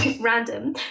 random